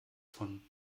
von